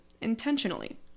intentionally